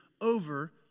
over